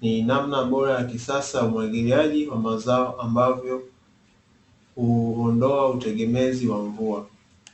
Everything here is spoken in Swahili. ni namna bora ya kisasa umwagiliaji wa mazao ambavyo huondoa utegemezi wa mvua.